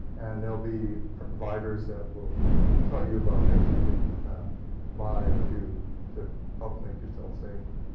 and there will be providers that will tell you about things that you can buy or do to help make yourself safer.